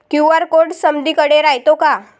QR code समदीकडे रायतो का?